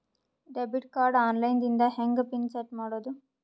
Debit card online ದಿಂದ ಹೆಂಗ್ pin set ಮಾಡೋದು?